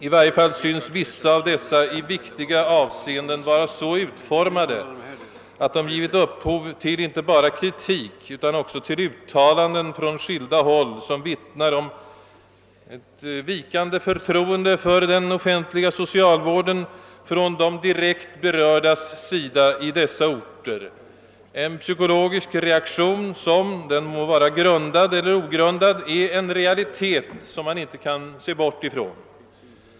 I varje fall synes vissa av dessa i viktiga avseenden vara så utformade att de givit upphov till inte bara kritik utan också uttalanden från skilda håll, som vittnar om ett vikande förtroende för den offentliga socialvården från de direkt berördas sida i dessa orter — en psykologisk reaktion som, den må vara grundad eller ogrundad, är en realitet som man inte kan bortse ifrån.